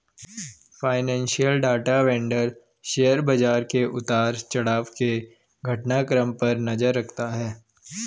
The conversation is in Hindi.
फाइनेंशियल डाटा वेंडर शेयर बाजार के उतार चढ़ाव के घटनाक्रम पर नजर रखता है